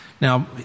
Now